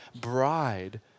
bride